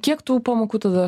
kiek tų pamokų tada